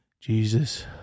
Jesus